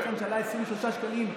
על מה שעלה 23 שקלים,